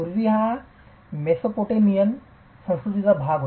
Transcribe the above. पूर्वी हा मेसोपोटेमियन संस्कृतीचा भाग होता